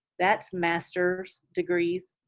that's master's degrees.